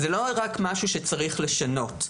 זה לא רק משהו שצריך לשנות.